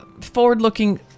forward-looking